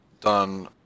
done